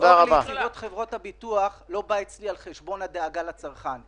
לדאוג לחברות הביטוח לא בא אצלי על חשבון הדאגה לצרכן.